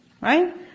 Right